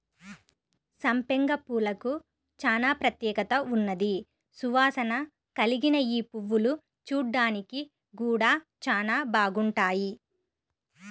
సంపెంగ పూలకు చానా ప్రత్యేకత ఉన్నది, సువాసన కల్గిన యీ పువ్వులు చూడ్డానికి గూడా చానా బాగుంటాయి